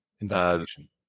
investigation